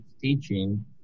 teaching